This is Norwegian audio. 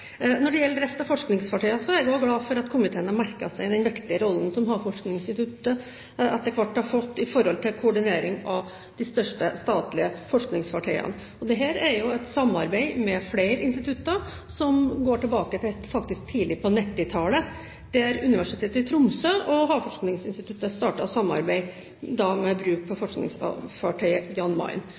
Når det gjelder drift av forskningsfartøyer, er jeg glad for at komiteen har merket seg den viktige rollen som Havforskningsinstituttet etter hvert har fått i forhold til koordinering av de største statlige forskningsfartøyene. Dette er et samarbeid med flere institutter, som går tilbake til tidlig på 1990-tallet, da Universitetet i Tromsø og Havforskningsinstituttet startet et samarbeid, da med bruk av forskningsfartøyet «Jan Mayen».